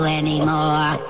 anymore